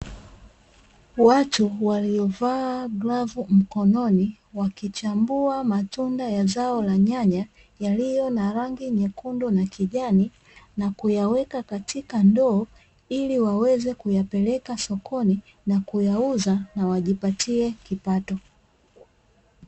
Watu waliovaa grovu mkononi, wakichambua matunda ya zao la nyanya yaliyo na rangi nyekundu na kijani na kuyaweka katika ndoo ili waweze kuyapeleka sokoni na kuyauza na wajipatie kipato.